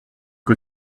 que